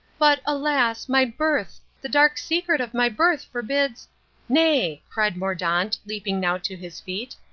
but, alas, my birth, the dark secret of my birth forbids nay, cried mordaunt, leaping now to his feet,